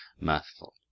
mirthful